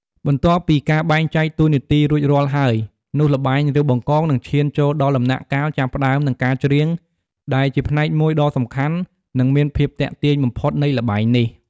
បន្ទាប់ពីការបែងចែកតួនាទីរួចរាល់ហើយ នោះល្បែង រាវបង្កង នឹងឈានចូលដល់ដំណាក់កាល ចាប់ផ្តើម និងការច្រៀង ដែលជាផ្នែកមួយដ៏សំខាន់ និងមានភាពទាក់ទាញបំផុតនៃល្បែងនេះ។